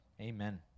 Amen